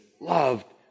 loved